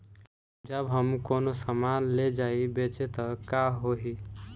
जब हम कौनो सामान ले जाई बेचे त का होही?